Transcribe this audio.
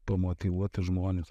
pamotyvuoti žmones